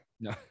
No